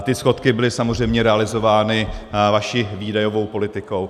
Ty schodky byly samozřejmě realizovány vaší výdajovou politikou.